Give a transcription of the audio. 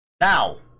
Now